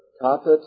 carpet